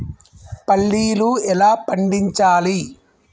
పల్లీలు ఎలా పండించాలి?